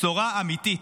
בשורה אמיתית,